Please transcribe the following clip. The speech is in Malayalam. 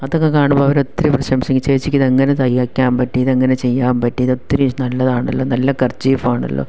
അതൊക്കെ കാണുമ്പോൾ അവർ ഒത്തിരി പ്രശംസിക്കും ചേച്ചിക്കിതെങ്ങന തയ്ക്കാൻ പറ്റി ഇതെങ്ങനെ ചെയ്യാൻ പറ്റി ഇതൊത്തിരി നല്ലതാണല്ലോ നല്ല കർച്ചീഫാണല്ലോ